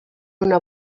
una